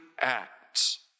acts